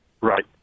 Right